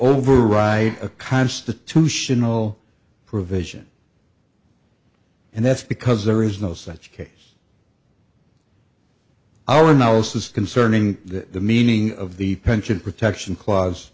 override a constitutional provision and that's because there is no such case our analysis concerning the meaning of the pension protection cla